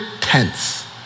tense